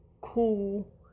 cool